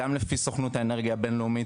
גם לפי סוכנות האנרגיה הבינלאומית,